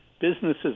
businesses